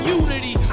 unity